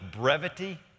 brevity